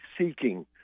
seeking